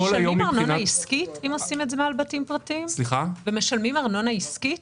אם עושים את זה מעל בתים פרטיים משלמים ארנונה עסקית?